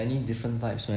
oh many different types man